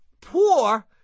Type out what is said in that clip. poor